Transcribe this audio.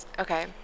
Okay